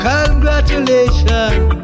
Congratulations